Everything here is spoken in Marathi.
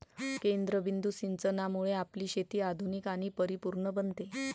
केंद्रबिंदू सिंचनामुळे आपली शेती आधुनिक आणि परिपूर्ण बनते